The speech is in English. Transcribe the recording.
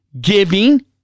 giving